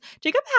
jacob